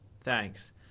Thanks